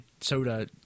soda